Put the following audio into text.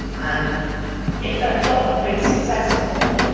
and if their plot had been successful,